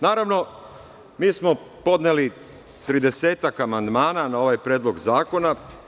Naravno, mi smo podneli tridesetak amandmana na ovaj predlog zakona.